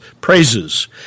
praises